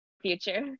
future